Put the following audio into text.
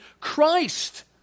Christ